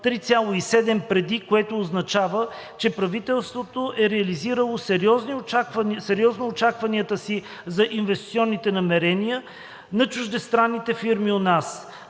3,7 преди, което означава, че правителството е реализирало сериозно очакванията си за инвестиционните намерения на чуждестранните фирми у нас.